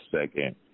second